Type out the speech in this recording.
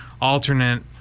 alternate